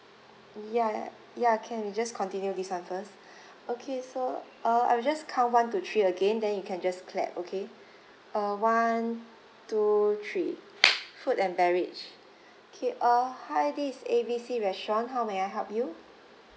ya ya can we just continue with this [one] first okay so uh I will just count one two three again then you can just clap okay uh one two three food and beverage okay uh hi this is A B C restaurant how may I help you